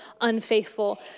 unfaithful